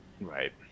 Right